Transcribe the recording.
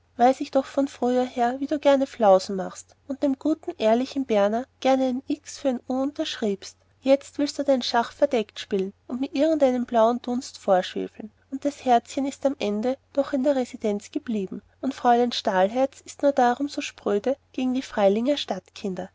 weiß ich doch von früher her wie du gerne flausen machst und dem guten ehrlichen berner gerne ein x für ein u unterschiebst jetzt willst du dein schach verdeckt spielen und mir irgendeinen blauen dunst vorschwefeln und das herzchen ist am ende doch in der residenz geblieben und fräulein stahlherz ist nur darum so spröde gegen die freilinger stadtkinder